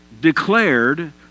declared